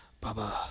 Baba